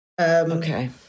Okay